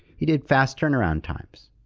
he did fast turnaround times.